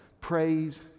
Praise